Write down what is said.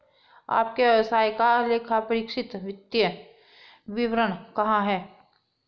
आपके व्यवसाय का लेखापरीक्षित वित्तीय विवरण कहाँ है?